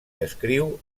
descriu